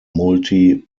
multi